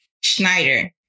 Schneider